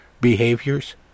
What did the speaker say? behaviors